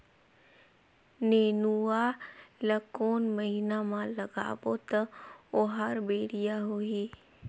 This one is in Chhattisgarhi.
नेनुआ ला कोन महीना मा लगाबो ता ओहार बेडिया होही?